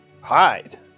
hide